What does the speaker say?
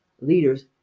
leaders